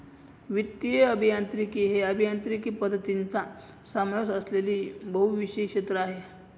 वित्तीय अभियांत्रिकी हे अभियांत्रिकी पद्धतींचा समावेश असलेले बहुविषय क्षेत्र आहे